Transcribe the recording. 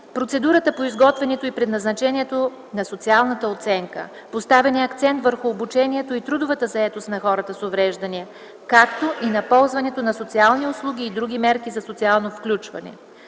процедурата по изготвянето и предназначението на социалната оценка. Поставен е акцент върху обучението и трудовата заетост на хората с увреждания, както и на ползването на социални услуги и други мерки за социално включване.